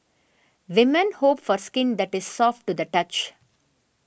women hope for skin that is soft to the touch